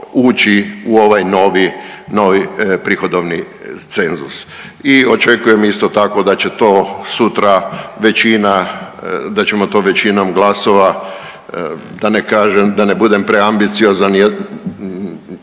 ući u ovaj novi prihodovni cenzus i očekujem, isto tako, da će to sutra većina, da ćemo to većinom glasova, da ne kažem, da ne budem preambiciozan,